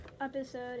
episode